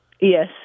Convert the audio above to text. Yes